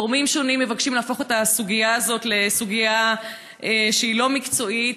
גורמים שונים מבקשים להפוך את הסוגיה הזאת לסוגיה שהיא לא מקצועית,